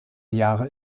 jahre